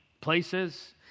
places